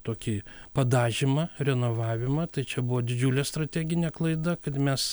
tokį padažymą renovavimą tai čia buvo didžiulė strateginė klaida kad mes